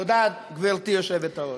תודה, גברתי היושבת-ראש.